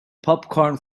popcorn